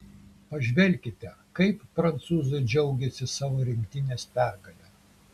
pažvelkite kaip prancūzai džiaugėsi savo rinktinės pergale